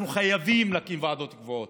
אנחנו חייבים להקים ועדות קבועות.